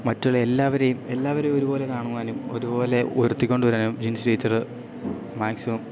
മറ്റുള്ള എല്ലാവരെയും എല്ലാവരെയും ഒരുപോലെ കാണുവാനും ഒരുപോലെ ഉയർത്തിക്കൊണ്ട് വരാനും ജിൻസി ടീച്ചർ മാക്സിമം